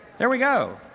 there we go.